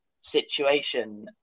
situation